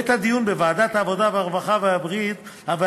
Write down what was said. בעת הדיון בוועדת העבודה, הרווחה והבריאות